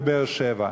בבאר-שבע.